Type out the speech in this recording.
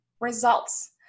results